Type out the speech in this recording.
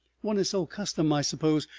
one is so accustomed, i suppose,